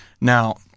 now